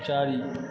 चारि